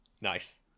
Nice